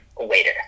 Waiter